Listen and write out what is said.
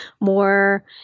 more